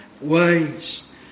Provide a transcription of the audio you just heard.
ways